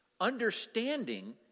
Understanding